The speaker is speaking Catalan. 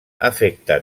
afecta